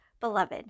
beloved